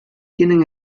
tienen